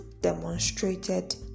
demonstrated